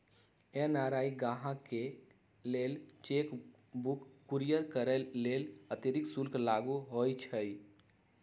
NRI गाहकके लेल cheque book courier करय लेल अतिरिक्त शुल्क लागू होइ छइ